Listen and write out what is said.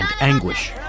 anguish